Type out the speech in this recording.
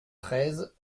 treize